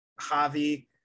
Javi